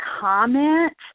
comment